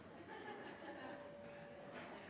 men det